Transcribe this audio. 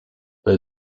they